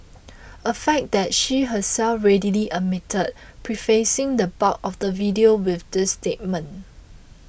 a fact that she herself readily admitted prefacing the bulk of the video with this statement